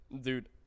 Dude